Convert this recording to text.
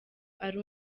ari